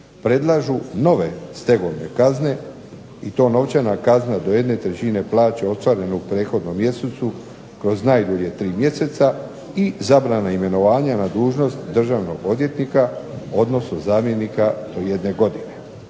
predlažu nove stegovne kazne i to novčana kazna do jedne trećine plaće ostvarene u prethodnom mjesecu kroz najdulje 3 mjeseca i zabrana imenovanja na dužnost državnog odvjetnika, odnosno zamjenika do 1 godine.